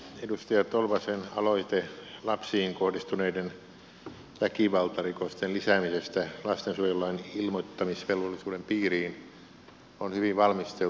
edustaja tolvasen aloite lapsiin kohdistuneiden väkivaltarikosten lisäämisestä lastensuojelulain ilmoittamisvelvollisuuden piiriin on hyvin valmisteltu